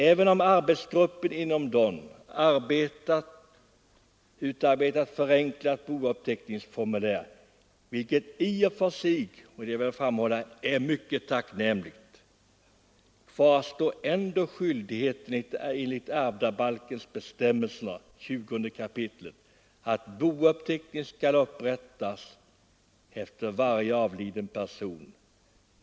Även om arbetsgruppen inom DON utarbetar ett förenklat bouppteckningsformulär, vilket i och för sig — det vill jag framhålla — är mycket tacknämligt, kvarstår ändå skyldigheten enligt bestämmelsen i ärvdabalkens 20 kap. att bouppteckning skall upprättas efter varje avliden person.